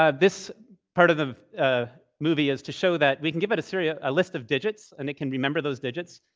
ah this part of of a movie is to show that we can give it so yeah a list of digits, and it can remember those digits.